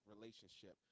Relationship